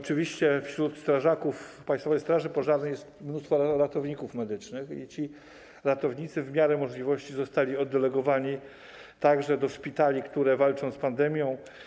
Oczywiście wśród strażaków Państwowej Straży Pożarnej jest mnóstwo ratowników medycznych i ci ratownicy w miarę możliwości także zostali oddelegowani do szpitali, które walczą z pandemią.